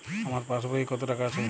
আমার পাসবই এ কত টাকা আছে?